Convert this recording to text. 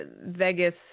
Vegas